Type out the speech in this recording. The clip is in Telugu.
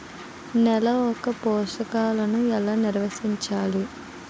నెల యెక్క పోషకాలను ఎలా నిల్వర్తించాలి